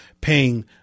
paying